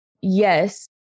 yes